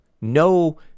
no